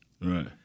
Right